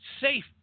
Safe